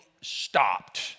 stopped